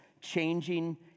changing